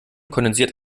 kondensiert